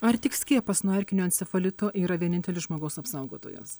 ar tik skiepas nuo erkinio encefalito yra vienintelis žmogus apsaugotojas